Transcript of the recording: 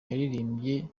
yaririmbye